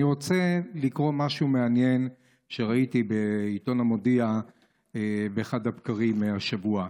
אני רוצה לקרוא משהו מעניין שראיתי בעיתון המודיע באחד הבקרים השבוע.